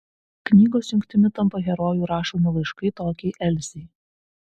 knygos jungtimi tampa herojų rašomi laiškai tokiai elzei